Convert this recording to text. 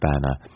banner